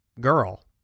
girl